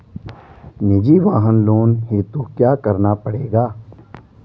निजी वाहन लोन हेतु क्या करना पड़ेगा?